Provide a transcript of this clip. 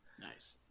nice